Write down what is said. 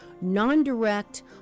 non-direct